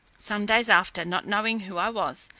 some days after, not knowing who i was,